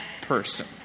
person